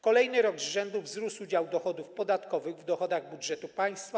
Kolejny rok z rzędu wzrósł udział dochodów podatkowych w dochodach budżetu państwa.